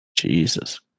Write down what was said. Jesus